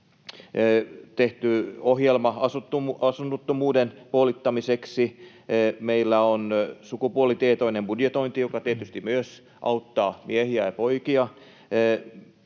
tehty ohjelma asunnottomuuden puolittamiseksi. Meillä on sukupuolitietoinen budjetointi, joka tietysti myös auttaa miehiä ja poikia.